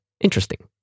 interesting